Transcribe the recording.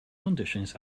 conditions